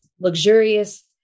luxurious